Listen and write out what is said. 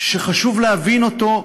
שחשוב להבין אותו,